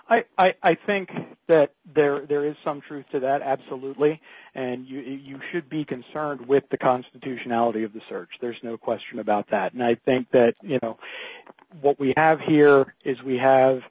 e i think that there there is some truth to that absolutely and you should be concerned with the constitutionality of the search there's no question about that and i think that you know what we have here is we have